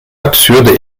absurde